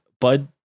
Bud